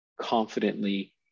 confidently